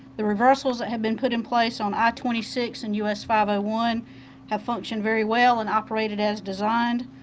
the reversals that have been put in place on i twenty six and u s five zero ah one have functioned very well and operated as designed.